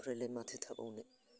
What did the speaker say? ओमफ्रायलाय माथो थाबावनो